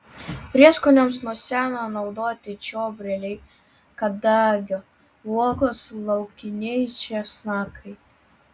prieskoniams nuo seno naudoti čiobreliai kadagio uogos laukiniai česnakai